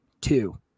two